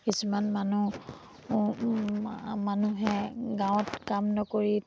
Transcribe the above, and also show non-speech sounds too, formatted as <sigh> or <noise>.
কিছুমান মানুহ <unintelligible> মানুহে গাঁৱত কাম নকৰি